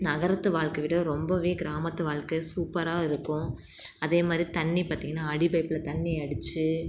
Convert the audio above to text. நகரத்து வாழ்க்கையை விட ரொம்ப கிராமத்து வாழ்க்கை சூப்பராக இருக்கும் அதேமாதிரி தண்ணீர் பார்த்திங்கன்னா அடிபைப்பில் தண்ணீர் அடித்து